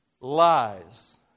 Lies